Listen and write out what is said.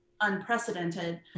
unprecedented